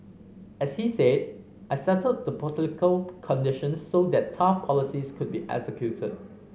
as he said I settled the political conditions so that tough policies could be executed